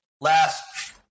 last